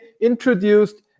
introduced